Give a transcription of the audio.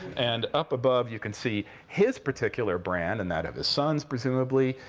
and up above, you can see his particular brand and that of his sons, presumably,